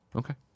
okay